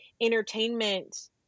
entertainment